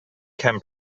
can